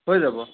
হৈ যাব